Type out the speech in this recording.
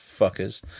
Fuckers